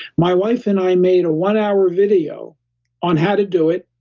my wife and i made a one hour video on how to do it,